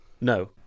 No